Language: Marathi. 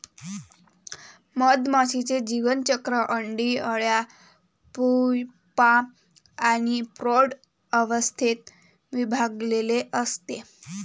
मधमाशीचे जीवनचक्र अंडी, अळ्या, प्यूपा आणि प्रौढ अवस्थेत विभागलेले असते